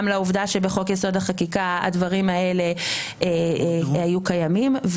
לעובדה שבחוק יסוד: החקיקה הדברים האלה היו קיימים.